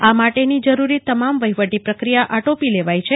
આ માટેની જરૂરી તમામ વહીવટી પ્રક્રિયા આટોપી લેવાઈ છે